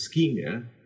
ischemia